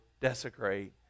desecrate